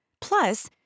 Plus